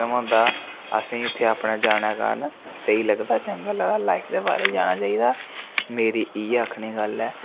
system होंदा असेंगी उत्थें अपना जाने कारण स्हेई लगदा चंगा लगदा लाइफ दे बारे च जाना चाहिदा मेरी इ'यै आक्खने दी गल्ल ऐ